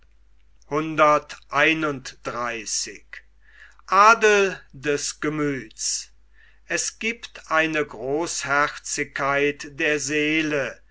es giebt eine großherzigkeit der seele